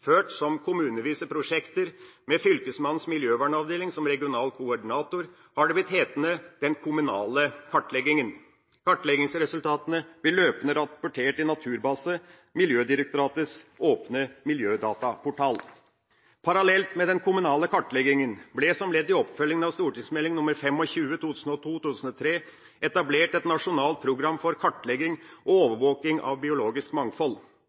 som kommunevise prosjekter med Fylkesmannens miljøvernavdeling som regional koordinator, har det blitt hetende den kommunale kartleggingen. Kartleggingsresultatene blir løpende rapportert i Naturbase, Miljødirektoratets åpne miljødataportal. Parallelt med den kommunale kartleggingen ble det som ledd i oppfølgingen av St.meld. nr. 25 for 2002–2003 etablert et nasjonalt program for kartlegging og overvåking av biologisk mangfold,